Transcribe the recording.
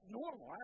normal